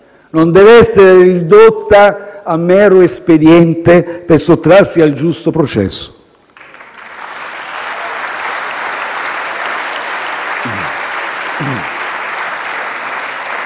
non deve essere ridotta a mero espediente per sottrarsi al giusto processo.